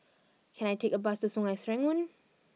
can I take a bus to Sungei Serangoon